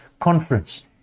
conference